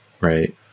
right